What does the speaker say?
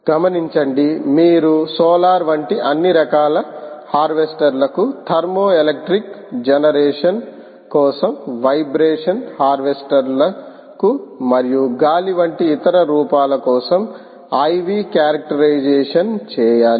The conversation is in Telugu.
గమనించండి మీరు సోలార్ వంటి అన్ని రకాల హార్వెస్టర్లకు థర్మోఎలెక్ట్రిక్ జనరేషన్ కోసం వైబ్రేషన్ హార్వెస్టర్ల కు మరియు గాలి వంటి ఇతర రూపాల కోసం ఈ IV క్యారెక్టరైజేషన్ చేయాలి